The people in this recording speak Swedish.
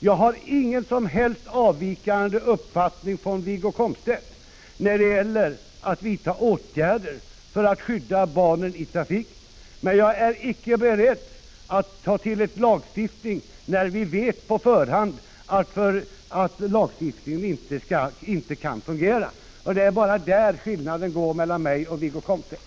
Jag har ingen som helst från Wiggo Komstedt avvikande uppfattning när det gäller behovet av att vidta åtgärder för att skydda barnen i trafiken, men jag är inte beredd att ta till en lagstiftning när vi vet på förhand att lagstiftningen inte kan fungera. Det är där skiljelinjen går mellan mig och Wiggo Komstedt.